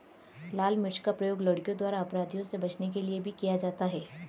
लाल मिर्च का प्रयोग लड़कियों द्वारा अपराधियों से बचने के लिए भी किया जाता है